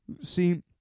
see